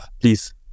please